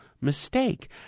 mistake